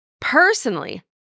Personally